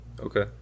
Okay